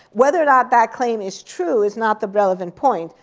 whether or not that claim is true is not the relevant point.